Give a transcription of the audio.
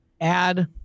add